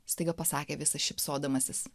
staiga pasakė visą šypsodamasis